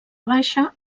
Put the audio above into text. baixa